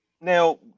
Now